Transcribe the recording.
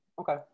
Okay